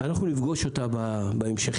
אנחנו נפגוש אותה בהמשכים.